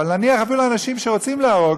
אבל נניח אפילו אנשים שרוצים להרוג,